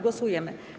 Głosujemy.